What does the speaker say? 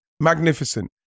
Magnificent